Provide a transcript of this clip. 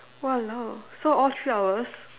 !walao! so all three hours